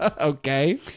Okay